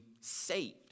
saved